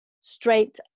straight